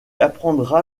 apprendra